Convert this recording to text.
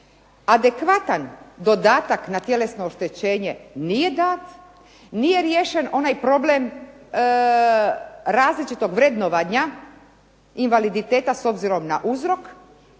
adekvatan dodatak na tjelesno oštećenje nije dat, nije riješen onaj problem različitog vrednovanja invaliditeta s obzirom na uzrok.